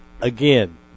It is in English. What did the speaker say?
again